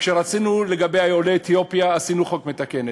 כשרצינו לגבי עולי אתיופיה, עשינו חוק מתקן.